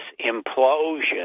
implosion